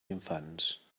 infants